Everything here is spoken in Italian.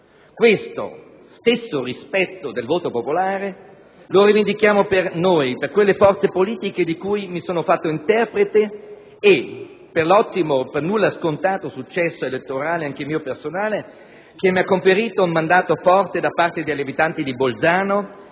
Questo stesso rispetto del voto popolare lo rivendichiamo per noi, per quelle forze politiche di cui mi sono fatto interprete, e per l'ottimo e per nulla scontato successo elettorale, anche mio personale, che mi ha conferito un mandato forte da parte degli abitanti di Bolzano,